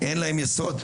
אין להם יסוד,